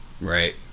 Right